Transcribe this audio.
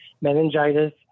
Meningitis